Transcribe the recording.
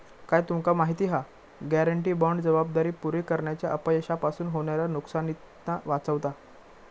काय तुमका माहिती हा? गॅरेंटी बाँड जबाबदारी पुरी करण्याच्या अपयशापासून होणाऱ्या नुकसानीतना वाचवता